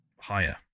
higher